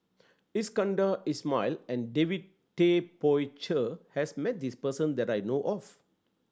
Iskandar Ismail and David Tay Poey Cher has met this person that I know of